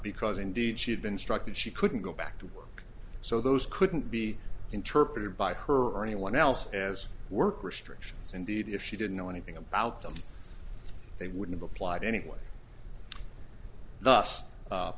because indeed she had been struck that she couldn't go back to work so those couldn't be interpreted by her or anyone else as work restrictions indeed if she didn't know anything about them they would have applied anyway